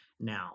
now